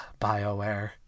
BioWare